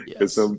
Yes